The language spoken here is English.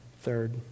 third